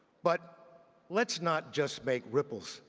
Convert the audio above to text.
but let's not just make ripples,